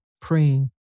praying